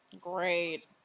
Great